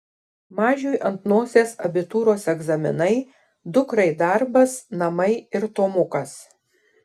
mažiui ant nosies abitūros egzaminai dukrai darbas namai ir tomukas